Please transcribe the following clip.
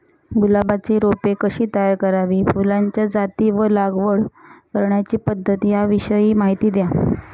गुलाबाची रोपे कशी तयार करावी? फुलाच्या जाती व लागवड करण्याची पद्धत याविषयी माहिती द्या